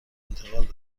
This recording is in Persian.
انتقال